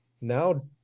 Now